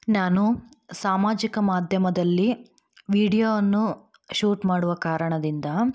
ನಾನು ಸಾಮಾಜಿಕ ಮಾಧ್ಯಮದಲ್ಲಿ ವಿಡಿಯೋವನ್ನು ಶೂಟ್ ಮಾಡುವ ಕಾರಣದಿಂದ